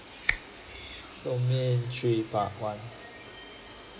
domain three part one